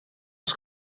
los